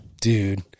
Dude